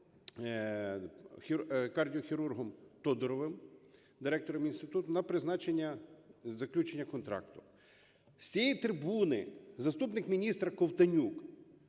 кардіохірургом Тодуровим, директором інституту, на призначення заключення контракту. З цієї трибуни заступник міністра Ковтонюк